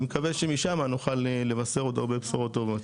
ואני מקווה שמשם נוכל לבשר עוד הרבה בשורות טובות.